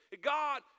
God